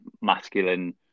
masculine